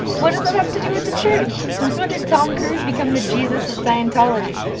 what does that have to do with the church? since when did tom cruise become the jesus of scientology?